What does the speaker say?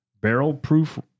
Barrel-proof